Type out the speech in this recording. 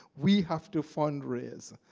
we have to fundraise.